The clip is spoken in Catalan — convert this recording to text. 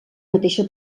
mateixa